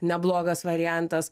neblogas variantas